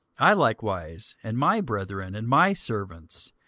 i likewise, and my brethren, and my servants,